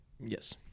Yes